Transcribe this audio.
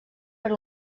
per